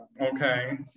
Okay